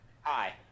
Hi